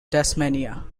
tasmania